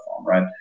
right